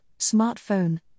smartphone